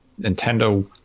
Nintendo